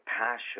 passion